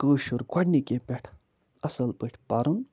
کٲشُر گۄڈنِکے پٮ۪ٹھ اصٕل پٲٹھۍ پَرُن